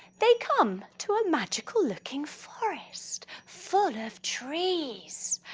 they come to a magical-looking forest full of trees.